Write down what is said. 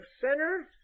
sinners